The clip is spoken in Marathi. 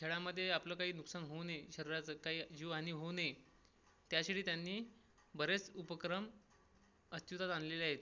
खेळांमध्ये आपलं काही नुकसान होऊ नये शरीराचं काही जीवहानी होऊ नये त्याशिरी त्यांनी बरेच उपक्रम अस्तित्वात आणलेले आहेत